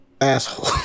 asshole